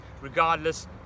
regardless